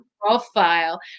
profile